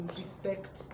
respect